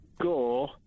go